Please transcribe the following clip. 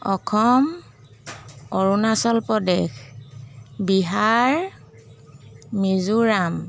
Assam Arunachal Pradesh Bihar Mizoram